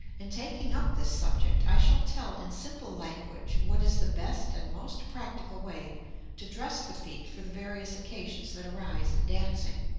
in taking up this subject i shall tell in simple language what is the best and most practical way to dress the feet for the various occasions that arise in dancing.